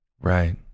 Right